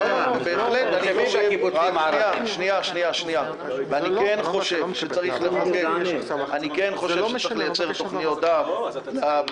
אני כן חושב שצריך לייצר תכניות אב